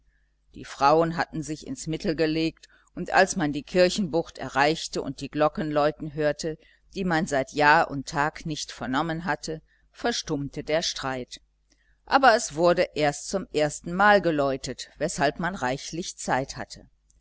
die frauen hatten sich ins mittel gelegt und als man die kirchenbucht erreichte und die glocken läuten hörte die man seit jahr und tag nicht vernommen hatte verstummte der streit aber es wurde erst zum erstenmal geläutet weshalb man reichlich zeit hatte